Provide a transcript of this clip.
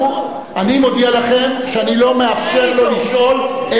אני מודיע לכם שאני לא מאפשר לו לשאול,